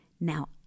Now